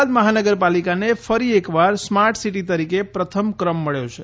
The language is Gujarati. અમદાવાદ મહાનગરપાલિકાને ફરી એકવાર સ્માર્ટ સીટી તરીકે પ્રથમ ક્રમ મબ્યો છે